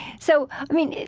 so, i mean,